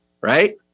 Right